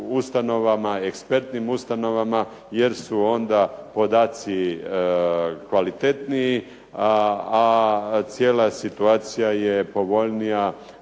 ekspertnim ustanovama jer su onda podaci kvalitetniji a cijela situacija je povoljnija